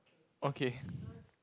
okay